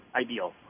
ideal